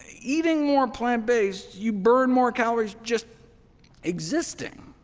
eating more plant-based you burn more calories just existing.